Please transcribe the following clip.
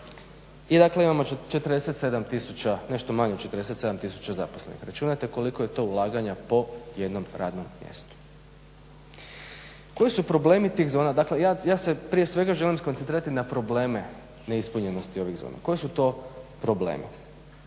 i dakle imamo 47 tisuća nešto manje od 47 tisuća zaposlenih. Računajte koliko je to ulaganja po jednom radnom mjestu. Koji su problemi tih zona? Dakle ja se prije svega želim skoncentrirati na probleme neispunjenosti ovih zona, koji su to problemi.